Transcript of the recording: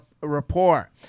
rapport